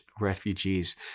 refugees